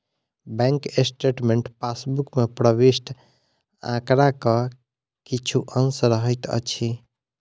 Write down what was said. bank statement passbook मे प्रविष्ट आंकड़ाक किछु अंश रहैत अछि